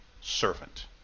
servant